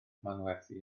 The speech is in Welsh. manwerthu